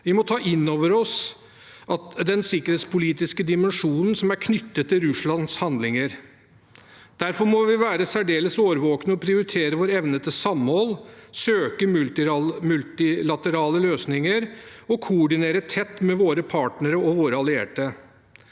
Vi må ta inn over oss den sikkerhetspolitiske dimensjonen som er knyttet til Russlands handlinger. Derfor må vi være særdeles årvåkne og prioritere vår evne til samhold, søke multilaterale løsninger og koordinere tett med våre partnere og våre allierte.